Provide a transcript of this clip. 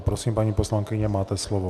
Prosím, paní poslankyně, máte slovo.